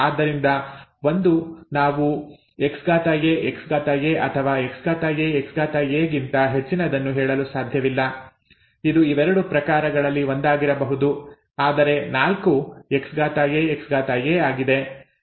ಆದ್ದರಿಂದ 1 ನಾವು XAXA ಅಥವಾ XAXaಗಿಂತ ಹೆಚ್ಚಿನದನ್ನು ಹೇಳಲು ಸಾಧ್ಯವಿಲ್ಲ ಇದು ಇವೆರಡು ಪ್ರಕಾರಗಳಲ್ಲಿ ಒಂದಾಗಿರಬಹುದು ಆದರೆ 4 XAXa ಆಗಿದೆ